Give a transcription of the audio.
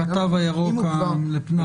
אם